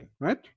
right